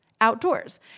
outdoors